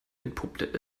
entpuppt